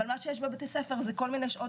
אבל מה שיש בבתי הספר זה כל מיני שעות